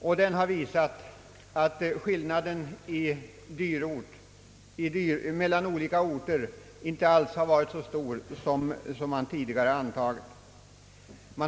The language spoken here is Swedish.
Där konstaterades att skillnaden i levnadskostnader mellan olika orter inte alls är så stor som man tidigare antagit.